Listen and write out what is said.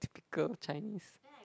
typical Chinese